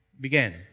began